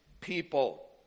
people